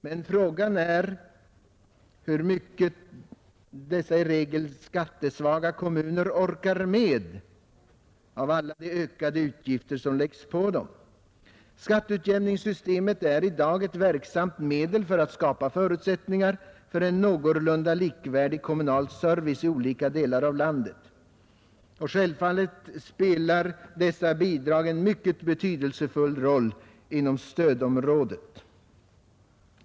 Men frågan är hur mycket dessa i regel skattesvaga kommuner orkar med av alla de ökade utgifter som läggs på dem. Skatteutjämningssystemet är i dag ett verksamt medel att skapa förutsättningar för en någorlunda likvärdig kommunal service i olika delar av landet. Självfallet spelar dessa bidrag en mycket betydelsefull roll inom stödområdet.